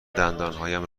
دندانهایم